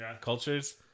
cultures